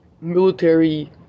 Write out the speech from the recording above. military